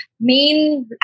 main